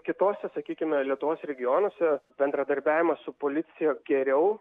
kitose sakykime lietuvos regionuose bendradarbiavimas su policija geriau